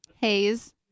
Haze